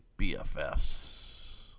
BFFs